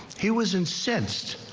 he was incensed.